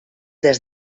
des